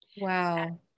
wow